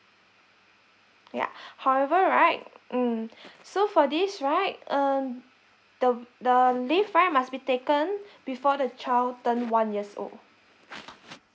yeah however right mm so for this right um the the leave right must be taken before the child turn one years old